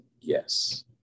yes